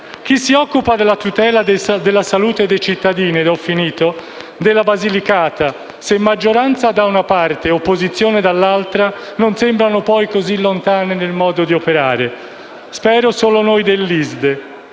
chi si occupa della tutela della salute dei cittadini della Basilicata se maggioranza da un lato e opposizione dall'altro non sembrano poi così lontane nel modo di operare? Spero non solo noi dell'ISDE.